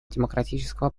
демократического